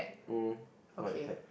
mm white hat